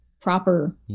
proper